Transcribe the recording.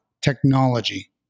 Technology